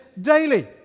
daily